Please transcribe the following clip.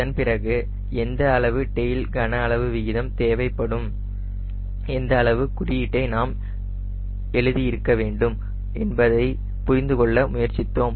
அதன் பிறகு எந்த அளவு டெயில் கன அளவு விகிதம் தேவைப்படும் எந்த அளவு குறியீட்டை நாம் எழுதி இருக்க வேண்டும் என்பதை புரிந்து கொள்ள முயற்சித்தோம்